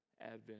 advent